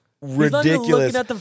ridiculous